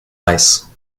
ice